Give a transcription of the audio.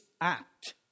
act